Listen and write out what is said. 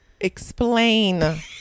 explain